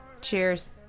Cheers